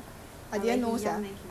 he play sports mah